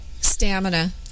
stamina